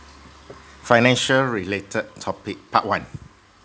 financial related topic part one